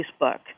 Facebook